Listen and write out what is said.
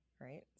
Right